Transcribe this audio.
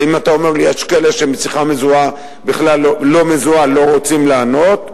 ואם אתה אומר לי שיש כאלה שלשיחה לא מזוהה לא רוצים לענות,